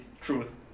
truth